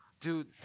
Dude